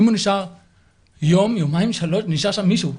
אם הוא נשאר יום, יומיים, שלושה - נשאר שם מישהו.